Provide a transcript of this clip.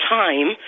time